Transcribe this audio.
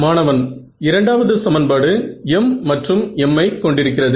மாணவன் இரண்டாவது சமன்பாடு m மற்றும் m ஐ கொண்டிருக்கிறது